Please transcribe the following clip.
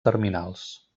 terminals